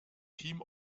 team